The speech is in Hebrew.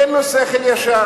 אין לו שכל ישר.